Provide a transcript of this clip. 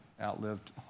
outlived